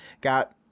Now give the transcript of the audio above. got